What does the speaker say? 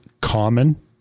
common